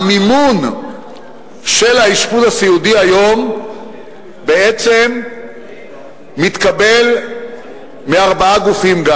גם המימון של האשפוז הסיעודי היום בעצם מתקבל מארבעה גופים.